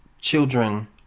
children